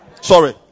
sorry